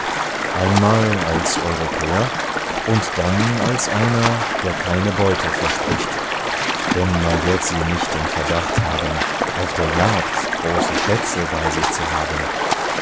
einmal als europäer und dann als einer der keine beute verspricht denn man wird sie nicht in verdacht haben auf der jagd große schätze bei sich zu haben